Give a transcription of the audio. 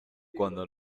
cuando